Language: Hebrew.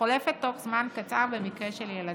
שחולפת בתוך זמן קצר במקרה של ילדים.